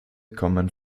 kommen